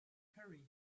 hurry